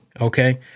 okay